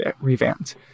revamped